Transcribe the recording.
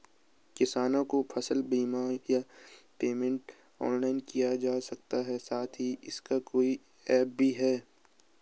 किसानों को फसल बीमा या पेमेंट ऑनलाइन किया जा सकता है साथ ही इसका कोई ऐप भी है?